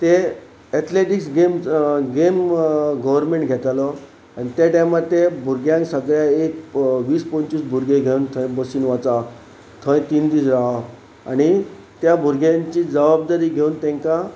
ते athletics game game government घेतालो आनी त्या टायमार ते भुरग्यांक सगळे एक वीस पंचवीस भुरगे घेवन थंय बसीन वच थंय तीन दीस राव आनी त्या भुरग्यांची जवाबदारी घेवन तांकां